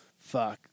fuck